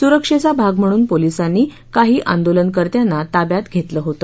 सुरक्षेचा भाग म्हणून पोलिसांनी काही आंदोलनकर्त्यांना ताब्यात घेतले होते